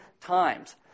times